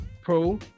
pro